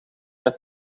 dat